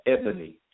Ebony